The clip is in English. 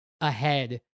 ahead